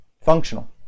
functional